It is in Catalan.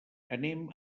anem